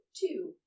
two